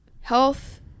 health